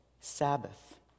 Sabbath